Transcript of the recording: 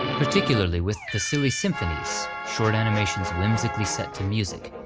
particularly with the silly symphonies short animations whimsically set to music.